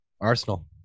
Arsenal